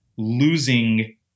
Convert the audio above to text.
losing